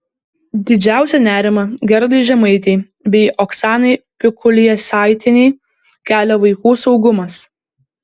didžiausią nerimą gerdai žemaitei bei oksanai pikul jasaitienei kelia vaikų saugumas